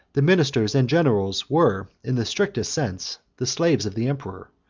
the ministers and generals were, in the strictest sense, the slaves of the emperor,